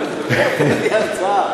נותן לי הרצאה.